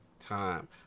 time